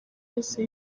yose